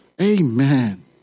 Amen